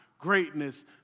greatness